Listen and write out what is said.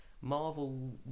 Marvel